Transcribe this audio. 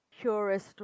purest